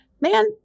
Man